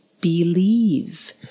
believe